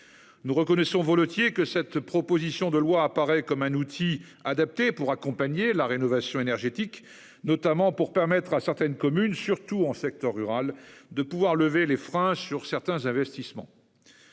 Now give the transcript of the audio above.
Nous reconnaissons volontiers que cette proposition de loi semble un outil adapté pour accompagner la rénovation énergétique, notamment pour permettre à des communes, surtout dans les secteurs ruraux, de lever les freins à certains investissements.